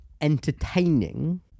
entertaining